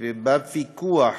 בפיקוח